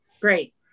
great